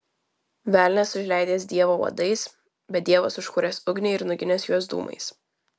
velnias užleidęs dievą uodais bet dievas užkūręs ugnį ir nuginęs juos dūmais